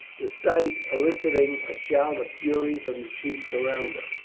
the sight eliciting a shout of fury from the chiefs around her.